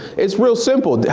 it's real simple,